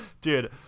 Dude